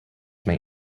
may